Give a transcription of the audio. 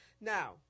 Now